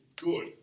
good